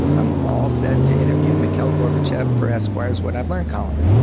i'm all set to interview mikhail gorbachev for esquire's what i've learned column.